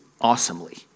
awesomely